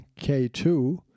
K2